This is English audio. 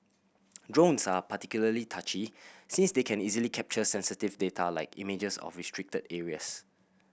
drones are particularly touchy since they can easily capture sensitive data like images of restricted areas